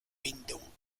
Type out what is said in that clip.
bindung